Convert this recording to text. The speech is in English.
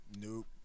Nope